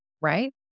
right